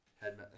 head